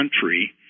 country